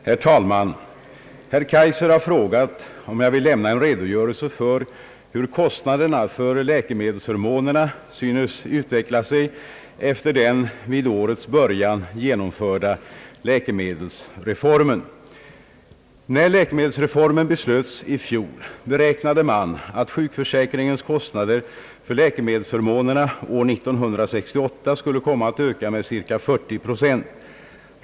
Herr talman! Herr Kaijser har frågat om jag vill lämna en redogörelse för hur kostnaderna för läkemedelsförmånerna synes utveckla sig efter den vid årets början genomförda läkemedelsreformen. När läkemedelsreformen beslöts i fjol, beräknade man att sjukförsäkringens kostnader för läkemedelsförmånerna år 1968 skulle komma att öka med ca 40 procent.